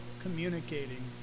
communicating